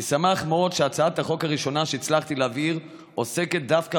אני שמח מאוד שהצעת החוק הראשונה שהצלחתי להעביר עוסקת דווקא